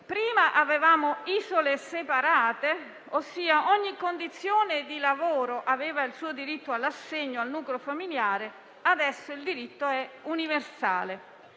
prima avevamo isole separate, ossia ogni condizione di lavoro aveva il suo diritto all'assegno al nucleo familiare, mentre adesso il diritto è universale.